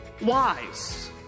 wise